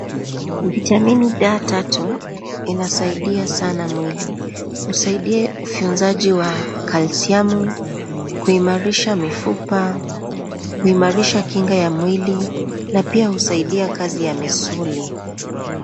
Vitamin B3 inasaidia sana mwili .Usaidia katika utunzaji wa calcium ,kuimarisha mifupa ,kuimarisha kinga ya mwili na pia usaidia kazi ya misuli.